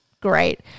great